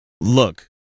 Look